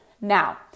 Now